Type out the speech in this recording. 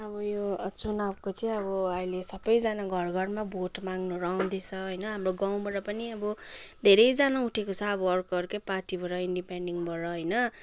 अब यो चुनाउको चाहिँ अब अहिले सबैजना घरघरमा भोट माग्नुहरू आउँदैछ होइन हाम्रो गाउँबाट पनि अब धेरैजना उठेको छ अब अर्को अर्कै पार्टीबाट इन्डिपेन्डेनबाट होइन